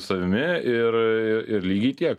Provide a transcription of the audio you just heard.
savimi ir ir lygiai tiek